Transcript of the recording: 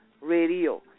Radio